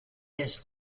his